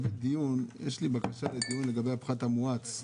יש לי בקשה לדיון לגבי הפחת המואץ.